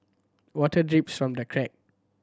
water drips from the crack